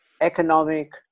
economic